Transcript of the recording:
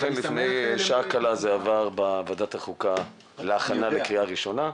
אכן לפני שעה קלה זה עבר בוועדת החוקה להכנה לקריאה ראשונה.